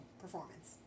performance